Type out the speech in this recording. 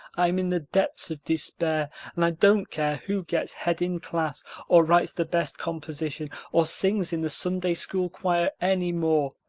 i'm in the depths of despair and i don't care who gets head in class or writes the best composition or sings in the sunday-school choir any more.